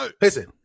listen